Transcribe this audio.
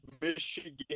Michigan